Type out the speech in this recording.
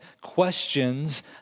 questions